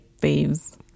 faves